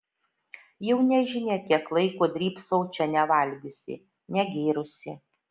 jau nežinia kiek laiko drybsau čia nevalgiusi negėrusi